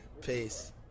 Peace